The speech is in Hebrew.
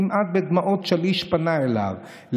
כמעט בדמעות שליש פנה אליו,